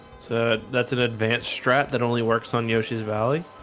said that's an advanced strap that only works on yoshi's valley